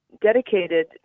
dedicated